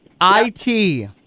I-T